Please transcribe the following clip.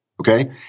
Okay